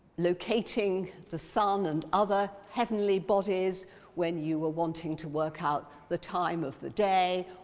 locating the sun and other heavenly bodies when you were wanting to work out the time of the day,